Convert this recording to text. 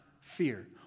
fear